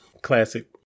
Classic